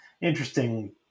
interesting